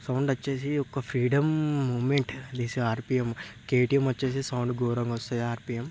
sound వచ్చేసి ఒక freedom moment this RPM KTM వచ్చేసి సౌండ్ ఘోరంగా వస్తుంది ఆర్పిఎం